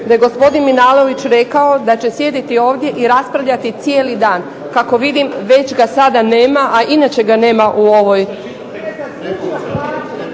da je gospodin Milanović rekao da će sjediti ovdje i raspravljati cijeli dan. Kako vidim već ga sada nema, a inače ga nema u ovoj